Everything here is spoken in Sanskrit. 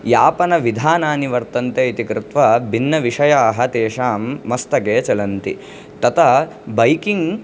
यापनविधानानि वर्तन्ते इति कृत्वा भिन्नविषयाः तेषां मस्तके चलन्ति तथा बैकिङ्ग्